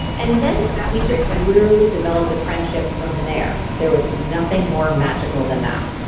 and then we just literally developed a friendship from there. there was nothing more magical than that.